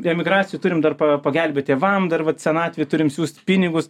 emigracijoj turim dar pa pagelbėt tėvam dar vat senatvėj turim siųst pinigus